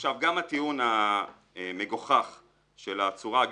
עכשיו, גם הטיעון המגוחך של הצורה הגיאוגרפית.